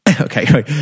okay